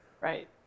Right